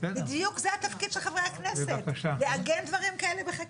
בדיוק זה התפקיד של חברי הכנסת: לעגן דברים כאלה בחקיקה.